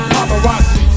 Paparazzi